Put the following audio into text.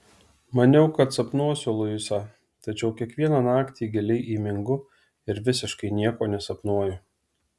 maniau kad sapnuosiu luisą tačiau kiekvieną naktį giliai įmingu ir visiškai nieko nesapnuoju